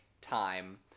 time